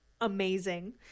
amazing